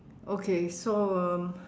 okay so um